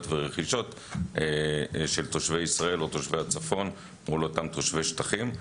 ורכישות של תושבי ישראל או תושבי הצפון מול אותם תושבי שטחים.